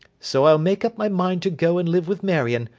so i'll make up my mind to go and live with marion,